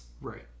Right